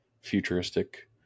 futuristic